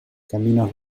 caminos